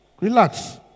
relax